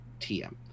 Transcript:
TM